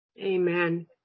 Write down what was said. Amen